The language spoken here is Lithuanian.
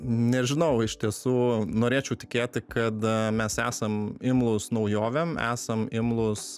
nežinau iš tiesų norėčiau tikėti kad mes esam imlūs naujovėm esam imlūs